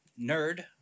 Nerd